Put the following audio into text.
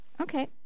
Okay